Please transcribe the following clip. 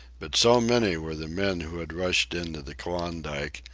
but so many were the men who had rushed into the klondike,